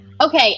Okay